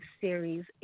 series